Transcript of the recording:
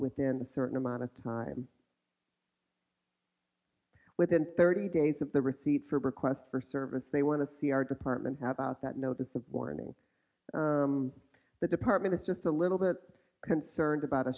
within a certain amount of time within thirty days of the receipt for requests for service they want to see our department how about that notice of warning the department is just a little bit concerned about